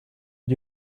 did